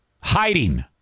hiding